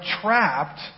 trapped